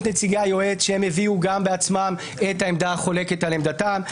נציגי היועץ שהם הביאו בעצמם את העמדה החולקת על עמדתם,